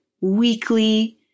weekly